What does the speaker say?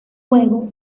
juego